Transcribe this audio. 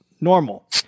normal